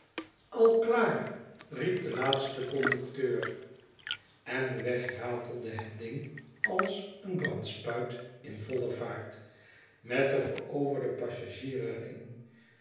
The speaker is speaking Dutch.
al klaar riep de laatste conducteur en weg ratelde het ding als een brandspuit in voile vaart met den veroverden passagier er